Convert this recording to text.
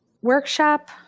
workshop